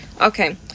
Okay